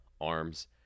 arms